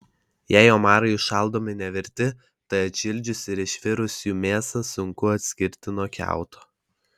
jei omarai užšaldomi nevirti tai atšildžius ir išvirus jų mėsą sunku atskirti nuo kiauto